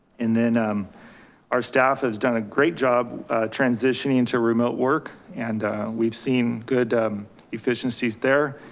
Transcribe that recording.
and then um our staff has done a great job transitioning and to remote work and we've seen good efficiencies there.